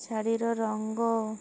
ଶାଢ଼ୀର ରଙ୍ଗ